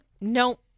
no